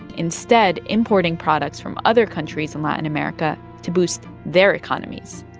instead, importing products from other countries in latin america to boost their economies.